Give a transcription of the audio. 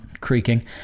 creaking